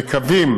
וקווים